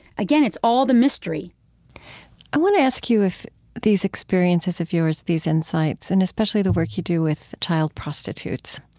again, it's all the mystery i want to ask you if these experiences of yours, these insights, and especially the work you do with child prostitutes